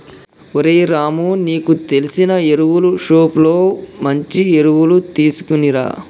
ఓరై రాము నీకు తెలిసిన ఎరువులు షోప్ లో మంచి ఎరువులు తీసుకునిరా